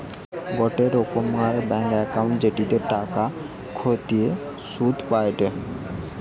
গোটে রোকমকার bank account জেটিতে টাকা খতিয়ে শুধ পায়টে